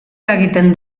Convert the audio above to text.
eragiten